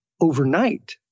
overnight